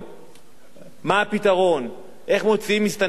מה הפתרון, איך מוציאים למדינה אחרת.